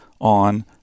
on